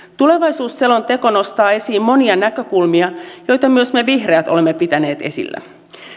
tulevaisuusselonteko nostaa esiin monia näkökulmia joita myös me vihreät olemme pitäneet esillä